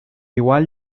igual